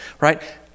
right